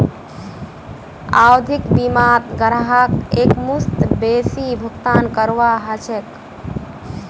आवधिक बीमात ग्राहकक एकमुश्त बेसी भुगतान करवा ह छेक